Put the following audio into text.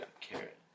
Carrot